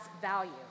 value